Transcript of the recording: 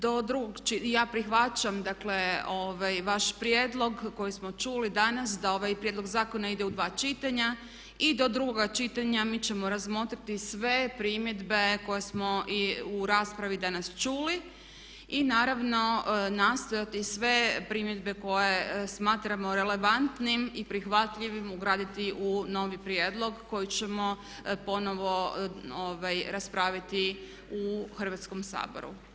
Do drugog čitanja, ja prihvaćam dakle vaš prijedlog koji smo čuli danas da ovaj prijedlog zakona ide u dva čitanja i do drugoga čitanja mi ćemo razmotriti sve primjedbe koje smo i u raspravi danas čuli i naravno nastojati sve primjedbe koje smatramo relevantnim i prihvatljivim ugraditi u novi prijedlog koji ćemo ponovno raspraviti u Hrvatskom saboru.